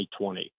2020